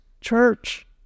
church